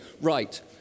Right